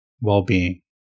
well-being